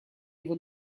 его